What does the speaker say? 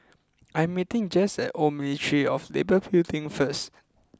I am meeting Jess at Old Ministry of Labour Building first